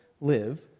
live